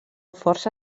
força